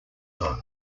low